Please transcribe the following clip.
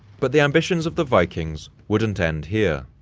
but the ambitions of the vikings wouldn't end here.